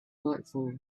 nightfall